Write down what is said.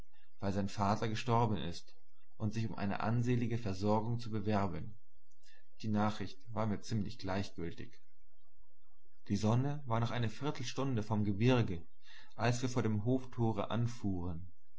weil sein vater gestorben ist und sich um eine ansehnliche versorgung zu bewerben die nachricht war mir ziemlich gleichgültig die sonne war noch eine viertelstunde vom gebirge als wir vor dem hoftore anfuhren